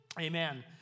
Amen